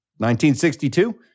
1962